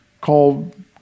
called